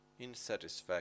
insatisfaction